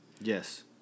Yes